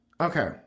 Okay